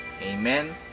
Amen